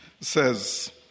says